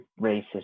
racist